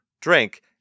drink